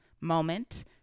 moment